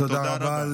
תודה רבה.